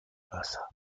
casa